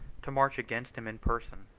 to march against him in person.